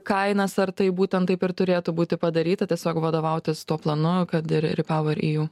kainas ar taip būtent taip ir turėtų būti padaryta tiesiog vadovautis tuo planu kad ir ir ripauer iju